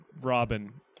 Robin